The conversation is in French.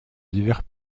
divers